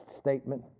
statement